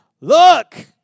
Look